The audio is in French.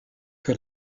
que